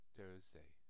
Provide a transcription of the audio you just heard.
Thursday